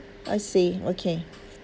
I see okay